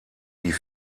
die